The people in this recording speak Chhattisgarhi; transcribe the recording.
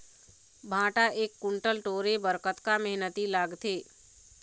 भांटा एक कुन्टल टोरे बर कतका मेहनती लागथे?